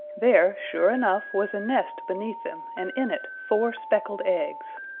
there, sure enough, was a nest beneath them, and in it four speckled eggs.